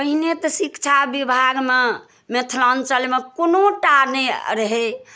पहिने तऽ शिक्षा विभागमे मिथिलाञ्चलमे कोनो टा नहि रहै